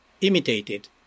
imitated